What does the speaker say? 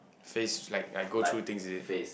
face like I go through things is it